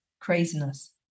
craziness